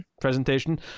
presentation